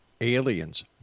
aliens